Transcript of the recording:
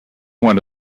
one